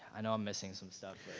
i know i'm missing some stuff,